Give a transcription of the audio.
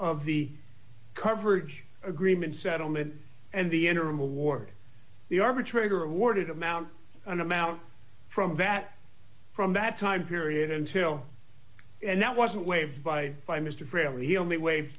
of the coverage agreement settlement and the interim award the arbitrator awarded amount an amount from that from that time period until and that wasn't wave bye bye mr graham he only waive